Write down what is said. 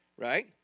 right